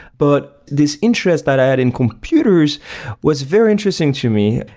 but this interest that i had in computers was very interesting to me.